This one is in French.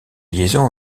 liaisons